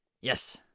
Yes